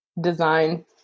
design